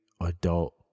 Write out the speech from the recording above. adult